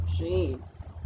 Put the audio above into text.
Jeez